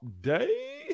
day